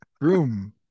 Room